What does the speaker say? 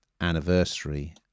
anniversary